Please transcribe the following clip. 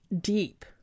deep